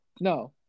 no